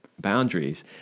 boundaries